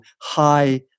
high